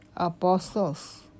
Apostles